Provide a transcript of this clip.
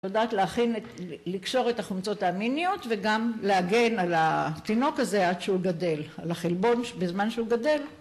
לדעת להכין, לקשור את החומצות האמיניות וגם להגן על התינוק הזה עד שהוא גדל, על החלבון בזמן שהוא גדל